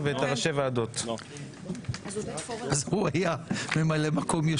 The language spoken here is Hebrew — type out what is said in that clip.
זאת לא רק השאלה האם עוקפים אותי או לא עוקפים אותי,